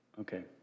Okay